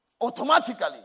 Automatically